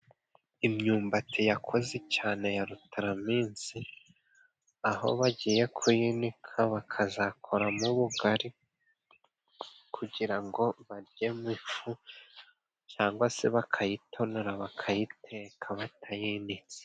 Imyumbati yakuze cyane ya rutaraminsi, aho bagiye kuyininika bakazakoramo bugari kugira ngo barye mu ifu cyangwa se bakayitonora bakayiteka batayinditse.